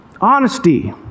honesty